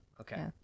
okay